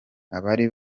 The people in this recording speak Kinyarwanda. abari